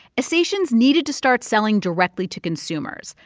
essations needed to start selling directly to consumers.